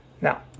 Now